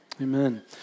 Amen